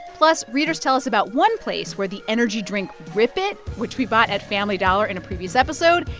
plus, readers tell us about one place where the energy drink rip it, which we bought at family dollar in a previous episode,